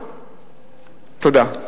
תודה.